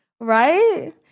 Right